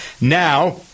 now